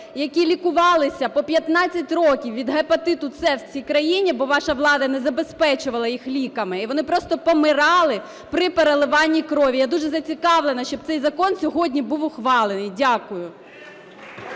які лікувались по 15 років від гепатиту С в цій країні, бо ваша влада не забезпечувала їх ліками і вони просто помирали при переливанні крові. Я дуже зацікавлена, щоб цей закон сьогодні був ухвалений. Дякую.